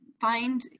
find